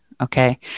Okay